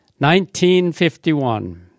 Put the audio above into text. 1951